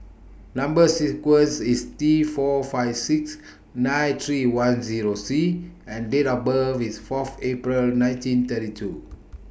Number sequence IS T four five six nine three one Zero C and Date of birth IS Fourth April nineteen thirty two